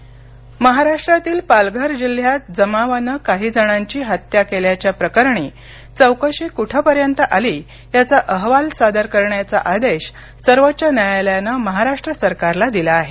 पालघर सर्वोच्च न्यायालय महाराष्ट्रातील पालघर जिल्ह्यात जमावाने काही जणांची हत्या केल्याच्या प्रकरणी चौकशी कुठपर्यंत आली याचा अहवाल सादर करण्याचा आदेश सर्वोच्च न्यायालयाने महाराष्ट्र सरकारला दिला आहे